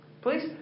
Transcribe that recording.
Please